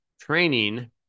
training